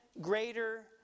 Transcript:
greater